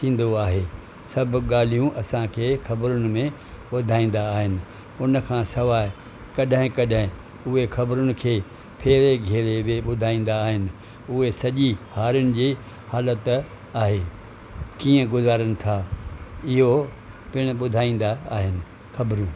थींदो आहे सभु ॻाल्हियूं असांखे ख़बरनि में ॿुधाईंदा आहिनि उनखां सवाइ कॾहिं कॾहिं उहे ख़बरनि खे फेरे घेरे बि ॿुधाईंदा आहिनि उहे सॼी हारियुनि जी हालतूं आहे कीअं गुज़ारीन था इहो पिणु ॿुधाईंदा आहिनि ख़बरूं